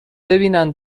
ببینن